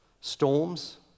storms